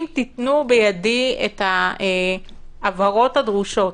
אם תיתנו בידי את ההבהרות הדרושות,